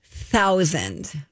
thousand